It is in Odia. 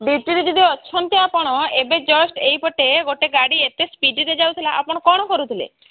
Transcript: ଡ୍ୟୁଟିରେ ଯଦି ଅଛନ୍ତି ଆପଣ ଏବେ ଜଷ୍ଟ ଏଇପଟେ ଗୋଟେ ଗାଡ଼ି ଏତେ ସ୍ପିଡ଼ରେ ଯାଉଥିଲା ଆପଣ କ'ଣ କରୁଥିଲେ